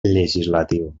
legislatiu